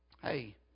Hey